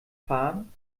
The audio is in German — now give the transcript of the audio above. fahren